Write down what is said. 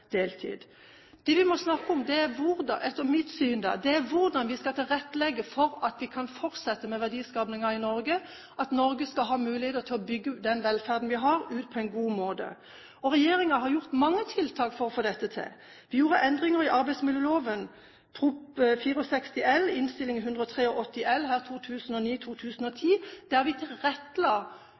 deltid. Det vi etter mitt syn må snakke om, er hvordan vi skal tilrettelegge for at vi kan fortsette med verdiskapingen i Norge – at Norge skal ha muligheter til å bygge ut den velferden vi har, på en god måte. Regjeringen har gjort mange tiltak for å få dette til. Vi gjorde endringer i arbeidsmiljøloven, Prop. 64 L og Innst. 183 L for 2009–2010, der vi tilrettela